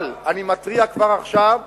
אבל אני מתריע כבר עכשיו,